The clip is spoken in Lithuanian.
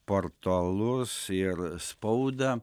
portalus ir spaudą